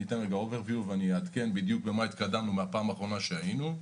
אני אתן סקירה ואעדכן בדיוק במה התקדמנו מהפעם האחרונה שהיינו.